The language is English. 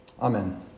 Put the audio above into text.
Amen